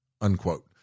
unquote